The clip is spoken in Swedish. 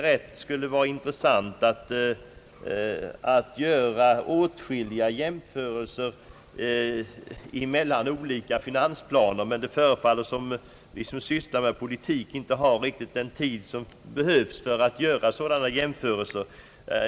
Det skulle vara intressant att göra ytterligare åtskilliga jämförelser mellan olika finansplaner, men det förefaller som om vi som ägnar oss åt politik inte riktigt har den tid som behövs för att göra sådana jämförelser.